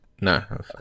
no